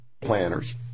planners